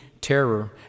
terror